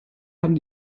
haben